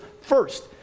first